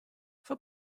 for